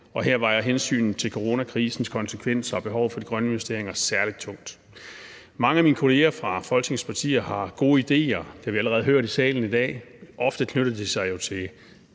og her vejer hensynet til coronakrisens konsekvenser og behovet for de grønne investeringer særlig tungt. Mange af mine kolleger fra Folketingets partier har gode ideer, og det har vi allerede hørt i salen i dag. Ofte knytter det sig jo til